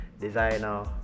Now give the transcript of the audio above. designer